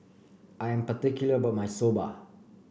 I am particular about my Soba